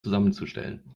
zusammenzustellen